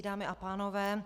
Dámy a pánové.